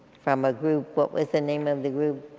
from a group what was the name of the group?